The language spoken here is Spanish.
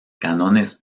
cánones